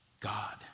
God